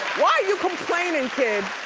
why are you complainin', kid?